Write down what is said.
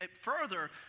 further